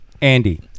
Andy